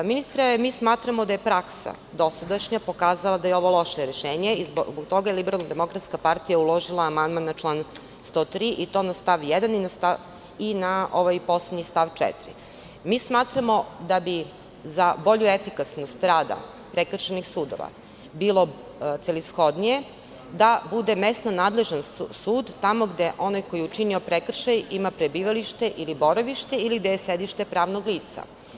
Ministre, mi smatramo da je dosadašnja praksa pokazala da je ovo loše rešenje i zbog toga je LDP uložila amandman na član 103. i to na stav 1. i na poslednji stav 4. Smatramo da bi za bolju efikasnost rada prekršajnih sudova bilo celishodnije da bude mesna nadležnost sud, tamo gde onaj koji je učinio prekršaj ima prebivalište, boravište ili gde je sedište pravnog lica.